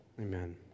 Amen